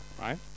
right